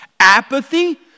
Apathy